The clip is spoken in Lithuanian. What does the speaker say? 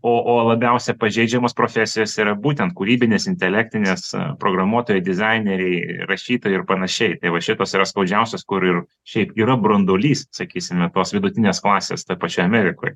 o o labiausia pažeidžiamos profesijos yra būtent kūrybinės intelektinės programuotojai dizaineriai rašytojai ir panašiai tai va šitos yra skaudžiausios kur ir šiaip yra branduolys sakysime tos vidutinės klasės toj pačioj amerikoj